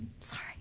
Sorry